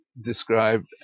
described